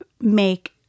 make